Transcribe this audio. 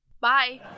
Bye